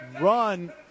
run